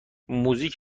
موزیک